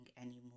anymore